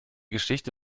geschichte